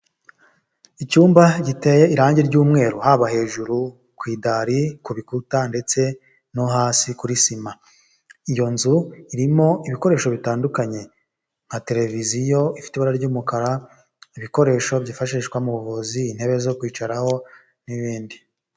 Icyumba giteye irange ry'umweru haba hejuru ku idari, ku bikuta ndetse no hasi kuri sima, iyo nzu irimo ibikoresho bitandukanye nka televiziyo ifite ibara ry'umukara, ibikoresho byifashishwa mu buvuzi, intebe zo kwicaraho n'ibindi.